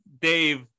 dave